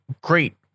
great